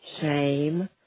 shame